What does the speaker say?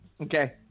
Okay